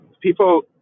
people